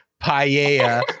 paella